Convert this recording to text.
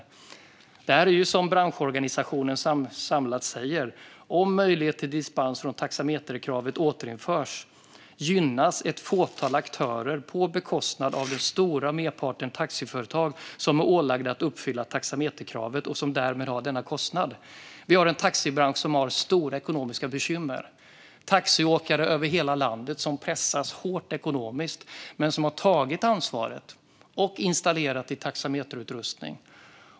Som branschorganisationen samlat säger: "Om möjlighet till dispens från taxameterkravet återinförs . gynnas . ett fåtal aktörer på bekostnad av den stora merpart taxiföretag som är ålagda att uppfylla taxameterkravet och som därmed har denna kostnad." Vi har en taxibransch som har stora ekonomiska bekymmer. Taxiåkare över hela landet pressas hårt ekonomiskt men har tagit ansvaret och installerat taxameterutrustning.